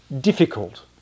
difficult